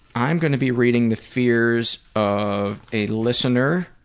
i'm going to be reading the fears of a listener